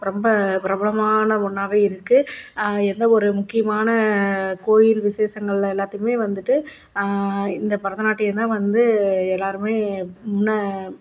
ரொம்ப பிரபலமான ஒன்றாவே இருக்குது எந்த ஒரு முக்கியமான கோயில் விசேஷங்களில் எல்லாத்துக்குமே வந்துட்டு இந்த பரதநாட்டியம் தான் வந்து எல்லோருமே முன்னே